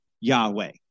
Yahweh